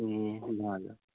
ए ल ल